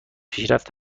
پیشرفت